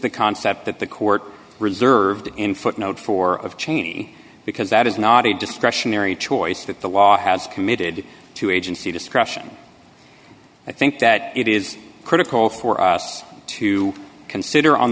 the concept that the court reserved in footnote four of cheney because that is not a discretionary choice that the law has committed to agency discretion i think that it is critical for us to consider on